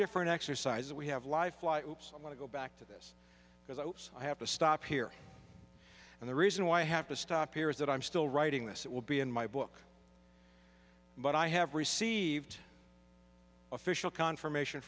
different exercises we have live i want to go back to this because i have to stop here and the reason why i have to stop here is that i'm still writing this it will be in my book but i have received official confirmation